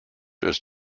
ist